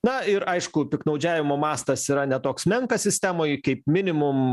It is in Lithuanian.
na ir aišku piktnaudžiavimo mastas yra ne toks menkas sistemoj kaip minimum